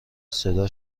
صدا